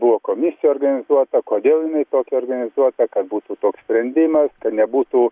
buvo komisija organizuota kodėl jinai tokia organizuota kad būtų toks sprendimas nebūtų